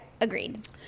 Agreed